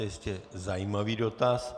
Jistě zajímavý dotaz.